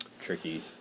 tricky